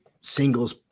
singles